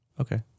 Okay